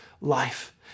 life